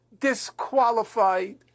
disqualified